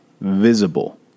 visible